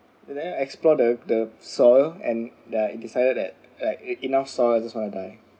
but then explore the the soil and ya it decided that like it enough soil just want to die